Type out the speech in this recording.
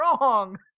Wrong